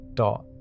dot